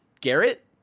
Garrett